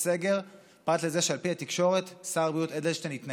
ולהבין מה המשמעות שלה לפרנסה של בן אדם.